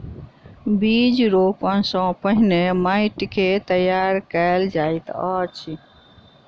बीज रोपण सॅ पहिने माइट के तैयार कयल जाइत अछि